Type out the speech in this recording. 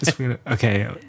Okay